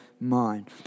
mind